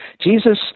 Jesus